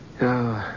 No